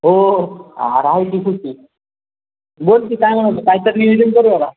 हो अरे आहे की सुट्टी बोल की काय म्हणत काही तर नियोजन